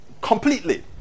completely